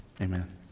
amen